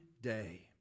day